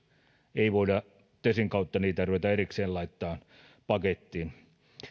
ei voida tekesin kautta niitä ruveta erikseen laittamaan pakettiin